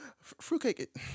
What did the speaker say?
Fruitcake